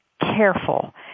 careful